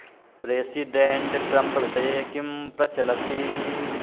president Trump विषये किं प्रचलति